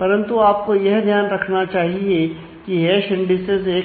परंतु आपको यह ध्यान रखना चाहिए की हैश इंडीसेज